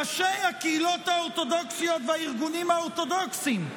ראשי הקהילות האורתודוקסיות והארגונים האורתודוקסיים,